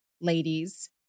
ladies